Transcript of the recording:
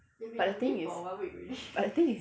but the thing is but the thing is